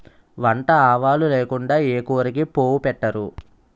వంట ఆవాలు లేకుండా ఏ కూరకి పోపు పెట్టరు